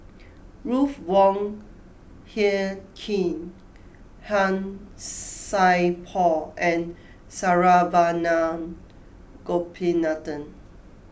Ruth Wong Hie King Han Sai Por and Saravanan Gopinathan